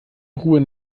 ruhe